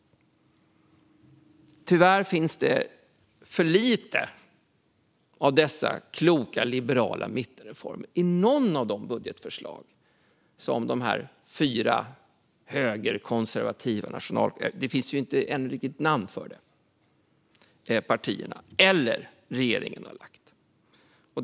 Tyvärr finns det för lite av dessa kloka liberala mittenreformer både i de fyra högerkonservativa partiernas budgetförslag och i regeringens.